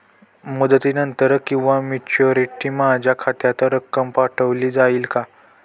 मुदतीनंतर किंवा मॅच्युरिटी माझ्या खात्यात रक्कम पाठवली जाईल का?